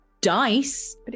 dice